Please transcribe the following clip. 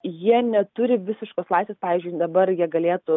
jie neturi visiškos laisvės pavyzdžiui dabar jie galėtų